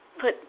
put